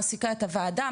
מעסיקה את הוועדה,